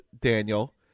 Daniel